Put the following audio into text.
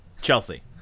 Chelsea